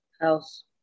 House